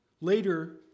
later